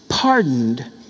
pardoned